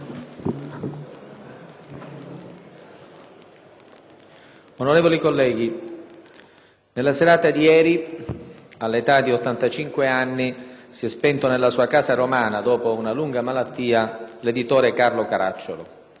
Onorevoli colleghi, nella serata di ieri, all'età di 83 anni, si è spento nella sua casa romana, dopo una lunga malattia, l'editore Carlo Caracciolo.